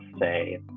say